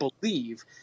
believe